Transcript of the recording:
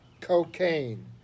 cocaine